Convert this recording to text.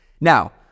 Now